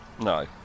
no